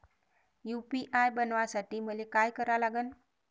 UPI बनवासाठी मले काय करा लागन?